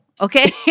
Okay